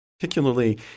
Particularly